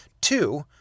two